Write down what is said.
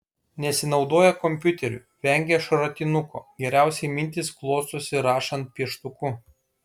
nesinaudoja kompiuteriu vengia šratinuko geriausiai mintys klostosi rašant pieštuku